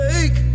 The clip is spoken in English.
Take